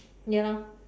ya lah